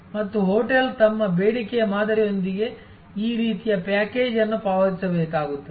ಮತ್ತು ಹೋಟೆಲ್ ತಮ್ಮ ಬೇಡಿಕೆಯ ಮಾದರಿಯೊಂದಿಗೆ ಈ ರೀತಿಯ ಪ್ಯಾಕೇಜ್ ಅನ್ನು ಪಾವತಿಸಬೇಕಾಗುತ್ತದೆ